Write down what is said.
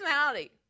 personality